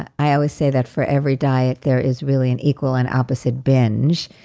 i always say that for every diet, there is really an equal and opposite binge.